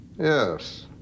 Yes